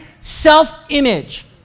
self-image